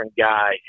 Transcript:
guy